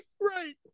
Right